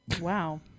Wow